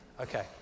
Okay